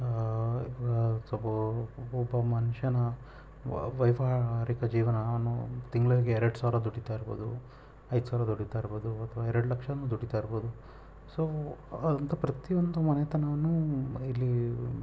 ಸ್ವಲ್ಪ ಒಬ್ಬ ಮನುಷ್ಯನ ವ್ಯವ್ಹಾರಿಕ ಜೀವನವನ್ನು ತಿಂಗ್ಳಿಗೆ ಎರಡು ಸಾವಿರ ದುಡಿತಾ ಇರ್ಬೋದು ಐದು ಸಾವಿರ ದುಡಿತಾ ಇರ್ಬೋದು ಅಥವಾ ಎರಡು ಲಕ್ಷನೂ ದುಡಿತಾ ಇರ್ಬೋದು ಸೋ ಅಂಥ ಪ್ರತಿಯೊಂದು ಮನೆತನಾನು ಇಲ್ಲಿ